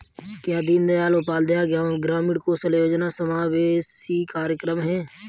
क्या दीनदयाल उपाध्याय ग्रामीण कौशल योजना समावेशी कार्यक्रम है?